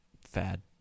fad